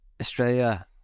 Australia